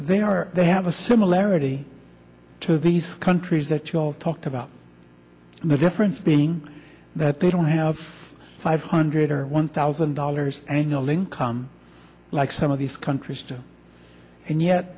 they are they have a similarity to these countries that you talked about the difference being that they don't have five hundred or one thousand dollars annual income like some of these countries do and yet